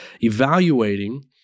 evaluating